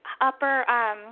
upper